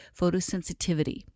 photosensitivity